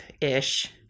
ish